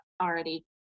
already